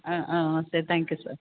ஆ ஆ ஆ சரி தேங்க் யூ சார்